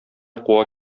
куа